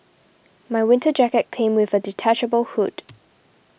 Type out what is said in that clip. my winter jacket came with a detachable hood